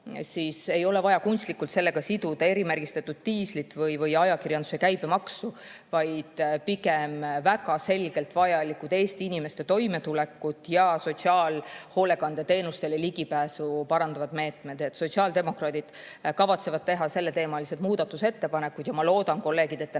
ei ole vaja kunstlikult sellega siduda erimärgistatud diislit või ajakirjanduse käibemaksu. Pigem on väga selgelt vajalikud Eesti inimeste toimetulekut ja sotsiaalhoolekandeteenustele ligipääsu parandavad meetmed. Sotsiaaldemokraadid kavatsevad teha selleteemalised muudatusettepanekud. Ma loodan, kolleegid, et te